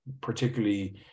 particularly